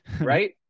right